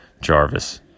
Jarvis